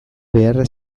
beharra